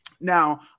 now